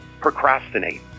procrastinate